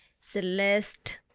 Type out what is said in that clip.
Celeste